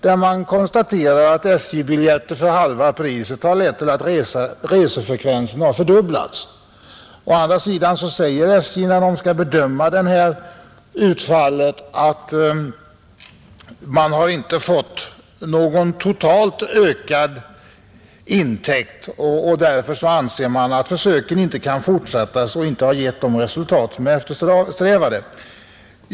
Där konstateras att SJ-biljetter för halva priset har lett till att resefrekvensen har fördubblats. Å andra sidan säger SJ att man inte fått någon totalt ökad intäkt, och därför anser SJ att försöket inte skall fortsättas, då man inte nått det resultat som eftersträvades.